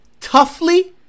toughly